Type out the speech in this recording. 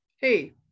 hey